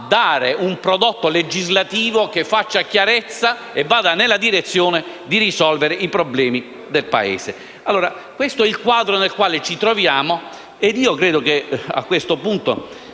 un prodotto legislativo che faccia chiarezza e vada nella direzione di risolvere i problemi del Paese.